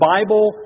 Bible